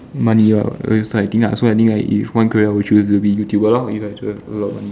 money ah so that's what I think lah so I think like if one career I would choose would be YouTuber if I have a lot of money